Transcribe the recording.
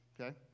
okay